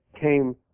came